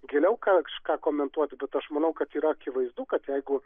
giliau kažką komentuoti bet aš manau kad yra akivaizdu kad jeigu